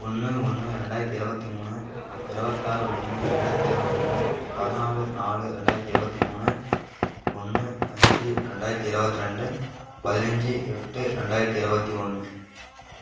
ஒன்று ஒன்று ரெண்டாயிரத்தி இருபத்தி மூணு இருபத்தாறு ஒன்று ரெண்டாயிரத்தி இருபத்தி ரெண்டு பதினாலு நாலு ரெண்டாயிரத்தி இருபத்தி மூணு ஒன்று அஞ்சு ரெண்டாயிரத்தி இருபத்தி ரெண்டு பதினைஞ்சி எட்டு ரெண்டாயிரத்தி இருபத்தி ஒன்று